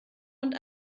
und